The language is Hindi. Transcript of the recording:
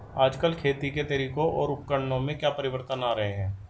आजकल खेती के तरीकों और उपकरणों में क्या परिवर्तन आ रहें हैं?